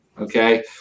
Okay